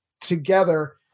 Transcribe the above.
together